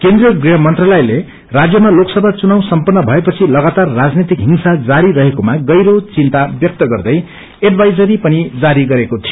केन्द्रिय गृहमंत्रालयले राज्यमा लोकसभा चुनाव समपन्न मएपछि लगातार राजनैतिक हिँसा जारी रहेकोमा गहिरो विन्ता व्यक्त गर्दै एडमाईजरी पनि जारी गरेको छ